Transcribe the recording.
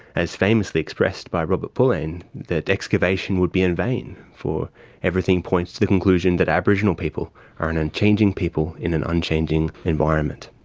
as famously expressed by robert pulleine, that excavation would be in vain, for everything points to the conclusion that aboriginal people are an unchanging people in an unchanging environment.